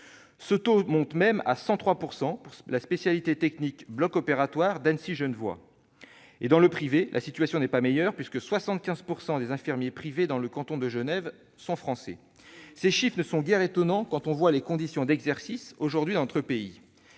Ce taux monte même à 103 % pour la spécialité technique « bloc opératoire » d'Annecy-Genevois ! Dans le privé, la situation n'est pas meilleure, puisque 75 % des infirmiers libéraux dans le canton de Genève sont français. Eh oui ! Ces chiffres ne sont guère étonnants quand on voit les conditions d'exercice aujourd'hui dans notre pays.